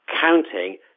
counting